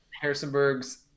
Harrisonburg's